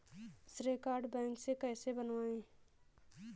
श्रेय card bank से कैसे बनवाएं?